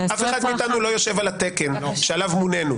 אף אחד לא יושב על התקן שעליו מונינו.